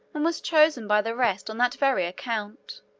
and was chosen by the rest on that very account,